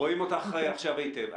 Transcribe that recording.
רואים אותך עכשיו היטב.